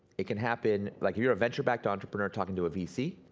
it can happen, like you're a venture backed entrepreneur talking to a vc,